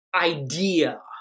idea